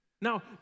Now